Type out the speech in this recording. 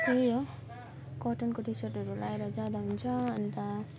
त्यही हो कटनको टी सर्टहरू लगाएर जाँदा हुन्छ अन्त